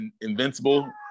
Invincible